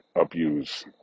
abuse